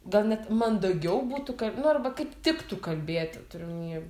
gal net mandaugiau būtų ka nu arba kaip tiktų kalbėti turiu omenyje